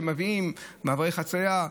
מעברי חציה,